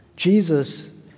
Jesus